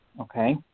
Okay